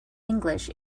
english